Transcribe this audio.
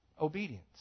obedience